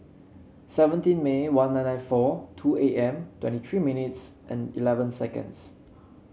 seventeen May one nine nine four two A M twenty three minutes and eleven seconds